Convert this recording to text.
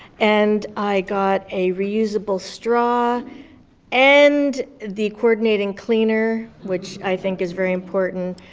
and i got a reusable straw and the coordinating cleaner, which i think is very important.